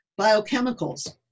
biochemicals